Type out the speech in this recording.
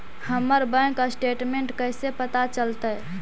हमर bank statement कैसे पता चलतै?